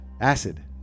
Acid